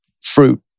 fruit